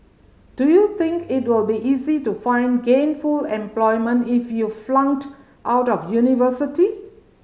do you think it'll be easy to find gainful and employment if you flunked out of university